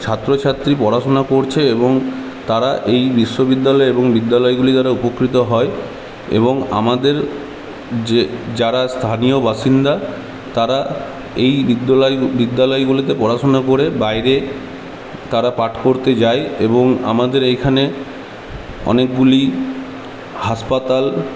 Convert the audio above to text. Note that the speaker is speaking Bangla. ছাত্রছাত্রী পড়াশুনা করছে এবং তারা এই বিশ্ববিদ্যালয় এবং বিদ্যালয়গুলি দ্বারা উপকৃত হয় এবং আমাদের যে যারা স্থানীয় বাসিন্দা তারা এই বিদ্যালয় বিদ্যালয়গুলিতে পড়াশোনা করে বাইরে তারা পাঠ করতে যায় এবং আমাদের এখানে অনেকগুলি হাসপাতাল